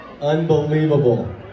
Unbelievable